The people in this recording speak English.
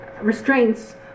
restraints